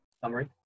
Summary